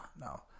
no